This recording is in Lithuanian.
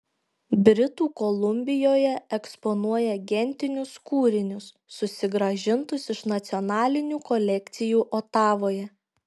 britų kolumbijoje eksponuoja gentinius kūrinius susigrąžintus iš nacionalinių kolekcijų otavoje